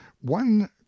one